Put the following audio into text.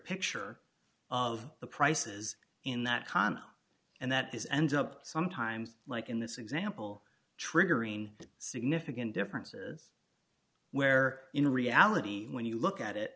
picture of the prices in that con and that is ends up sometimes like in this example triggering significant differences where in reality when you look at it